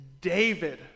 David